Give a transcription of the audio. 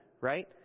right